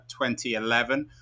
2011